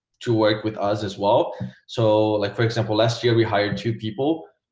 to work with us as well so like for example last year we hired two people